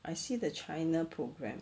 I see the china programme